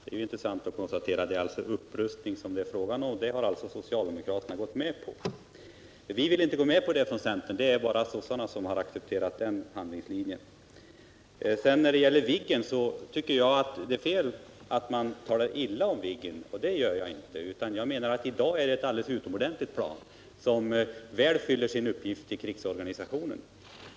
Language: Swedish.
Det är intressant att notera att det är fråga om en upprustning — det har alltså socialdemokraterna gått med på. Vi vill på centerhåll inte acceptera detta. Det är bara socialdemokraterna som har anslutit sig till den handlingslinjen. Jag tycker vidare att det är fel att tala illa om Viggen. Det vill jag inte göra. Jag menar att Viggen i dag är ett alldeles utomordentligt plan, som väl fyller sin uppgift i krigsorganisation.